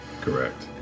Correct